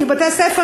כי בתי-ספר,